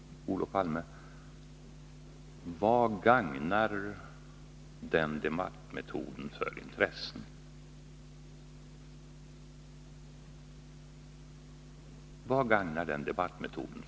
Olof Palme! Vilka intressen gagnar den debattmetoden?